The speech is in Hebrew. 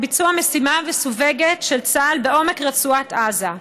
ביצוע משימה מסווגת של צה"ל בעומק רצועת עזה,